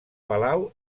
palau